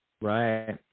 Right